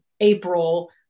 April